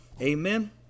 Amen